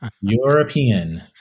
European